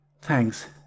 Thanks